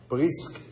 Brisk